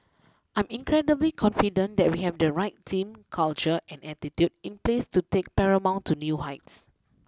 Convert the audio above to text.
I'm incredibly confident that we have the right team culture and attitude in place to take Paramount to new heights